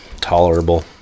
tolerable